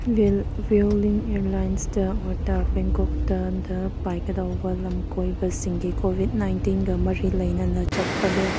ꯂꯦꯟ ꯕ꯭ꯌꯨꯂꯤꯡ ꯏꯌꯔꯂꯥꯏꯟꯁꯇ ꯑꯣꯔ ꯇꯥ ꯕꯦꯡꯀꯣꯛꯇ ꯄꯥꯏꯒꯗꯧꯕ ꯂꯝ ꯀꯣꯏꯕꯁꯤꯡꯒꯤ ꯀꯣꯕꯤꯠ ꯅꯥꯏꯟꯇꯤꯟꯒ ꯃꯔꯤ ꯂꯩꯅꯅ ꯆꯠꯄꯗ